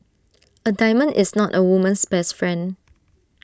A diamond is not A woman's best friend